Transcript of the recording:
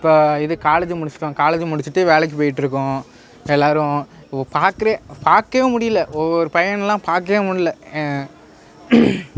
இப்போ இது காலேஜ் முடிச்சிட்டோம் காலேஜ் முடிச்சிட்டு வேலைக்கு போய்ட்ருக்கோம் எல்லாரும் பார்க்குற பார்க்கவே முடியல ஒவ்வொரு பையன்லாம் பார்க்கவே முடில